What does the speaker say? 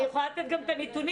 אני גם יכולה לתת את הנתונים.